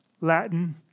Latin